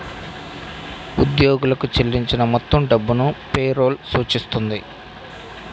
ఉద్యోగులకు చెల్లించిన మొత్తం డబ్బును పే రోల్ సూచిస్తుంది